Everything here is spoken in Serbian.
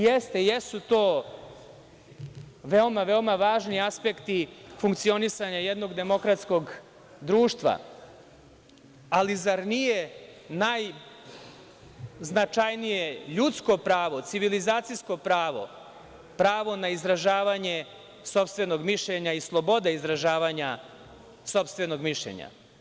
Jeste, jesu to veoma, veoma važni aspekti funkcionisanja jednog demokratskog društva, ali zar nije najznačajnije ljudsko pravo, civilizacijsko pravo, pravo na izražavanje sopstvenog mišljenja i sloboda izražavanja sopstvenog mišljenja?